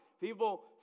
People